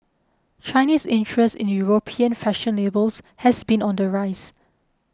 Chinese interest in European fashion labels has been on the rise